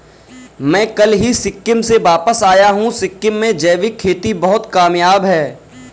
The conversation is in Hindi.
मैं कल ही सिक्किम से वापस आया हूं सिक्किम में जैविक खेती बहुत कामयाब है